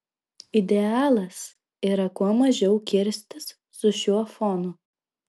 idealas yra kuo mažiau kirstis su šiuo fonu